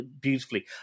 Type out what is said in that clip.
beautifully